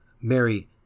Mary